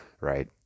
right